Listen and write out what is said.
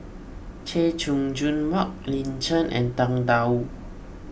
Chay Jung Jun Mark Lin Chen and Tang Da Wu